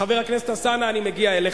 חבר הכנסת אלסאנע, אני מגיע אליך.